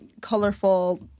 colorful